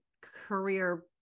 career